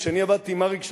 כשאני עבדתי עם אריק שרון,